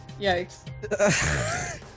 Yikes